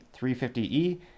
350E